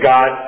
God